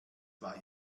war